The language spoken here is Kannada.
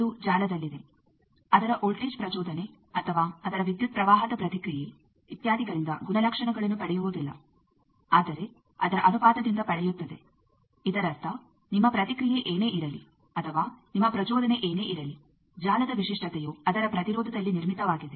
ಇದು ಜಾಲದಲ್ಲಿದೆ ಅದರ ವೋಲ್ಟೇಜ್ ಪ್ರಚೋದನೆ ಅಥವಾ ಅದರ ವಿದ್ಯುತ್ ಪ್ರವಾಹದ ಪ್ರತಿಕ್ರಿಯೆ ಇತ್ಯಾದಿಗಳಿಂದ ಗುಣಲಕ್ಷಣಗಳನ್ನು ಪಡೆಯುವುದಿಲ್ಲ ಆದರೆ ಅದರ ಅನುಪಾತದಿಂದ ಪಡೆಯುತ್ತದೆ ಇದರರ್ಥ ನಿಮ್ಮ ಪ್ರತಿಕ್ರಿಯೆ ಏನೇ ಇರಲಿ ಅಥವಾ ನಿಮ್ಮ ಪ್ರಚೋದನೆ ಏನೇ ಇರಲಿ ಜಾಲದ ವಿಶಿಷ್ಟತೆಯು ಅದರ ಪ್ರತಿರೋಧದಲ್ಲಿ ನಿರ್ಮಿತವಾಗಿದೆ